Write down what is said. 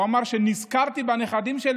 הוא אמר: נזכרתי בנכדים שלי,